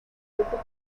grupos